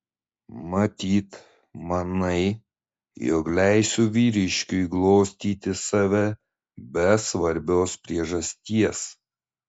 matyt manai jog leisiu vyriškiui glostyti save be svarbios priežasties